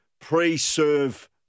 pre-serve